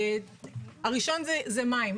הראשון זה מים.